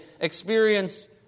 experience